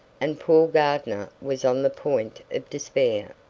and poor gardner was on the point of despair.